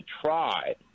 try